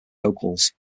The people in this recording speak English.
vocals